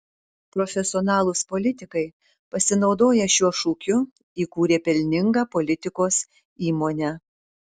profesionalūs politikai pasinaudoję šiuo šūkiu įkūrė pelningą politikos įmonę